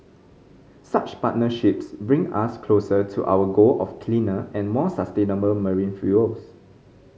such partnerships bring us closer to our goal of cleaner and more sustainable marine fuels